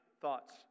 thoughts